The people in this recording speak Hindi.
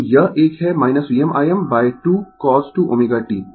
तो यह एक है VmIm 2 cos 2 ωt